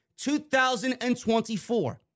2024